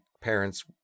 parents